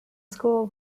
school